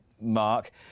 Mark